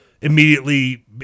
immediately